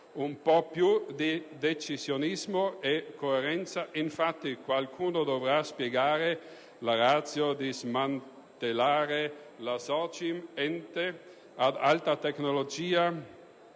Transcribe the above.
un po' più di decisionismo e coerenza; infatti, qualcuno dovrà spiegare la *ratio* di smantellare la Sogin, ente ad alta tecnologia,